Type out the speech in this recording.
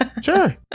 sure